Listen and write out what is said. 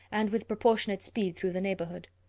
and with proportionate speed through the neighbourhood.